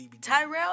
Tyrell